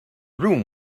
room